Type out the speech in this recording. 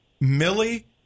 Millie